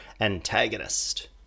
Antagonist